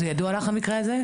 ידוע לך המקרה הזה?